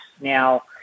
Now